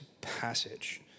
passage